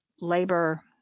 labor